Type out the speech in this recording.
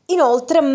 Inoltre